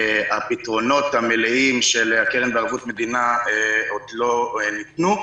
הפתרונות המלאים של הקרן בערבות מדינה עוד לא ניתנו.